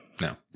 no